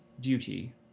duty